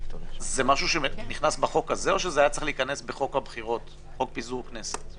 זה משהו שנכנס בחוק הזה או שזה היה צריך להיכנס לחוק פיזור הכנסת?